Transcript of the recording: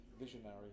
visionary